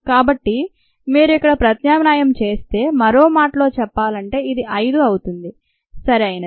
కాబట్టి మీరు ఇక్కడ ప్రత్యామ్నాయం చేస్తే మరో మాటలో చెప్పాలంటే ఇది 5 అవుతుంది సరియైనది